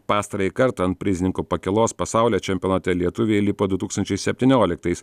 pastarąjį kartą ant prizininkų pakylos pasaulio čempionate lietuviai lipo du tūkstančiai septynioliktais